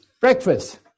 Breakfast